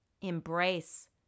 Embrace